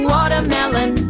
Watermelon